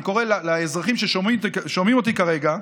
אני קורא לאזרחים ששומעים אותי כרגע: